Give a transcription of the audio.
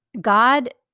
God